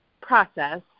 process